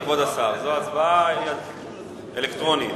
זו הצבעה אלקטרונית.